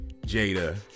Jada